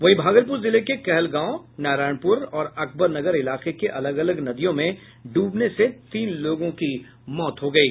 वहीं भागलपुर जिले के कहलगांव नारायणपुर और अकबरनगर इलाके के अलग अलग नदियों में ड्रबने से तीन लोगों की मौत हो गयी